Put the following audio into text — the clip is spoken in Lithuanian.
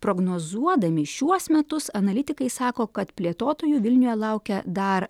prognozuodami šiuos metus analitikai sako kad plėtotojų vilniuje laukia dar